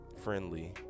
friendly